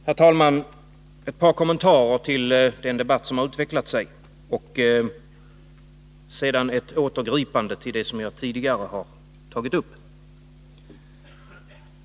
Herr talman! Ett par kommentarer till den debatt som har utvecklat sig och sedan ett återgripande till det som jag tidigare har tagit upp.